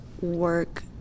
work